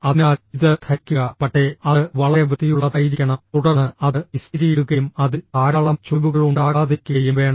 അതിനാൽ ഇത് ധരിക്കുക പക്ഷേ അത് വളരെ വൃത്തിയുള്ളതായിരിക്കണം തുടർന്ന് അത് ഇസ്തിരിയിടുകയും അതിൽ ധാരാളം ചുളിവുകൾ ഉണ്ടാകാതിരിക്കുകയും വേണം